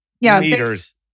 meters